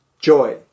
joy